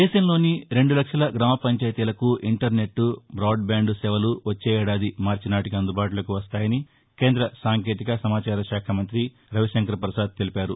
దేశంలోని రెండు లక్షల గ్రామ పంచాయతీలకు ఇంటర్నెట్ బ్రాడ్బాండ్ సేవలు వచ్చే ఏడాది మార్చి నాటికి అందుబాటులోకి వస్తాయని కేంద్ర సాంకేతిక సమాచార శాఖ మంతి రవిశంకర్ ప్రసాద్ తెలిపారు